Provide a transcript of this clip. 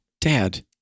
Dad